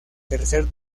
tercer